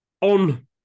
on